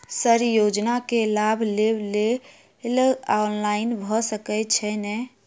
Sir योजना केँ लाभ लेबऽ लेल ऑनलाइन भऽ सकै छै नै?